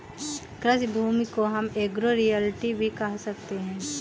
कृषि भूमि को हम एग्रो रियल्टी भी कह सकते है